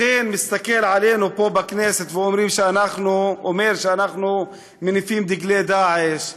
לכן הוא מסתכל עלינו פה בכנסת ואומר שאנחנו מניפים דגלי "דאעש".